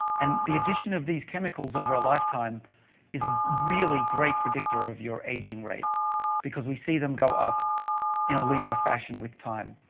and the addition of these chemicals over a lifetime is a really great predictor of your aging rate because we see them go up in a linear fashion with time.